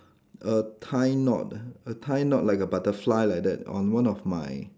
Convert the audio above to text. a tie knot a tie knot like a butterfly like that on one of my